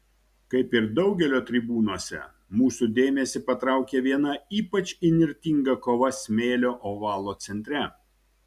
kaip ir daugelio tribūnose mūsų dėmesį patraukia viena ypač įnirtinga kova smėlio ovalo centre